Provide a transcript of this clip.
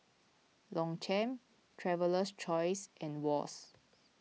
Longchamp Traveler's Choice and Wall's